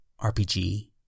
RPG